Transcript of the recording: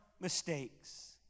mistakes